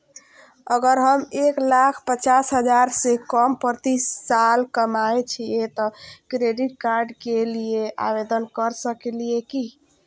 अगर हम एक लाख पचास हजार से कम प्रति साल कमाय छियै त क्रेडिट कार्ड के लिये आवेदन कर सकलियै की?